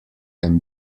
can